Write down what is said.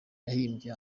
yahimbye